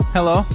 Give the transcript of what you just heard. Hello